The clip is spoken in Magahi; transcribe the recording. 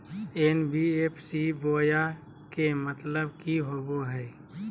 एन.बी.एफ.सी बोया के मतलब कि होवे हय?